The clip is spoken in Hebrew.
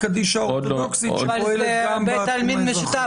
קדישא אורתודוקסית שפועלת גם בתחום האזרחי?